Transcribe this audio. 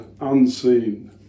unseen